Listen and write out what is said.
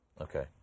Okay